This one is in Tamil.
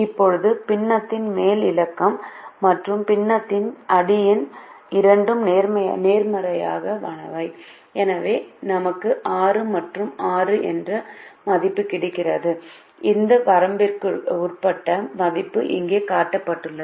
இப்போது பின்னத்தின் மேல் இலக்கம் மற்றும் பின்னத்தின் அடியெண் இரண்டும் நேர்மறையானவை எனவே நமக்கு 6 மற்றும் 6 என்ற மதிப்பு கிடைத்தது இந்த வரம்புக்குட்பட்ட மதிப்பு இங்கே காட்டப்பட்டுள்ளது